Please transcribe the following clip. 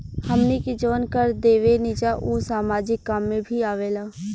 हमनी के जवन कर देवेनिजा उ सामाजिक काम में भी आवेला